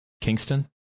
Kingston